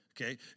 Okay